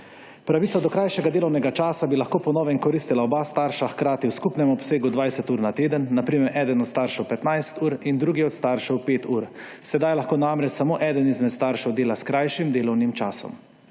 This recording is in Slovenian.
Pravica do krajšega delovnega časa bi lahko po novem koristila oba starša hkrati v skupnem obsegu 20 ur na teden, na primer eden od staršev 15 ur in drugi od staršev 5 ur. Sedaj lahko namreč samo eden izmed staršev dela s krajšim delovnim časom.